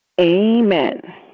Amen